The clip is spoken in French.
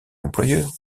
employeur